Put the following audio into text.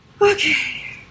Okay